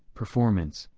performance,